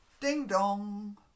Ding-dong